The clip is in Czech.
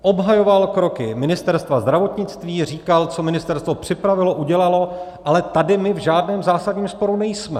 Obhajoval kroky Ministerstva zdravotnictví, říkal, co ministerstvo připravilo, udělalo, ale tady my v žádném zásadním sporu nejsme.